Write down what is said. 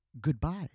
goodbye